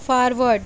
forward